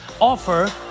offer